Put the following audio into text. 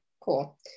cool